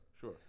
sure